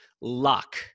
luck